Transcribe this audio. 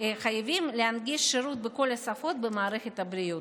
שחייבים להנגיש שירות בכל השפות במערכת הבריאות.